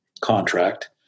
contract